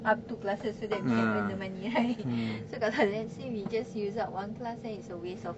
up two classes so that we can earn the money right so kalau let's say we just use up one class then it's a waste of